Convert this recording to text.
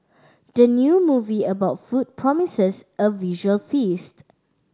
the new movie about food promises a visual feast